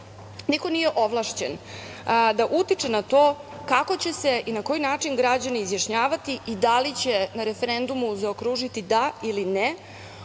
niko nije ovlašćen da utiče na to kako će se i na koji način građani izjašnjavati i da li će na referendumu zaokružiti „da“ ili „ne“,